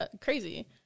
crazy